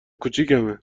کوچیکمه